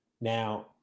Now